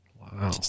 Wow